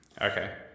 Okay